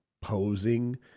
posing